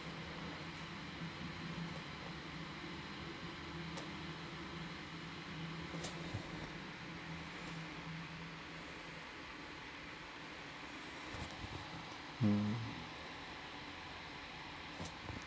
um